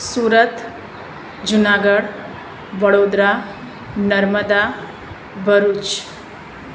Surat Junagadh Vadodara Narmada Bharuch